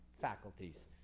faculties